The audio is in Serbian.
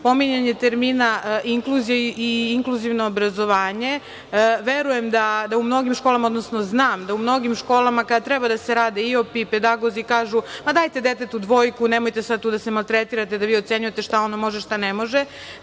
pominjanje termina – inkluzija i inkluzivno obrazovanje. Verujem da u mnogim školama, odnosno znam da u mnogim školama, kada treba da se IOP rade i pedagozi kažu – pa dajte detetu dvojku, nemojte da se maltretirate, da vi ocenjujete šta ono može šta ne može,